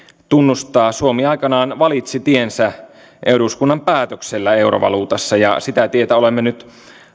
tunnustaa suomi aikanaan valitsi tiensä eduskunnan päätöksellä eurovaluutassa ja sitä tietä olemme nyt